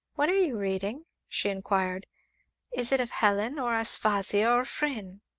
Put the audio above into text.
what are you reading? she inquired is it of helen or aspasia or phryne?